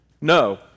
No